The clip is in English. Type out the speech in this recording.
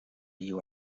you